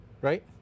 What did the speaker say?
right